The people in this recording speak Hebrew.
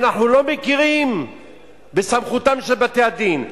אנחנו לא מכירים בסמכותם של בתי-הדין.